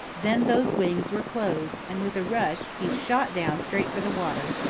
then those wings were closed and with a rush he shot down straight for the water,